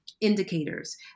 indicators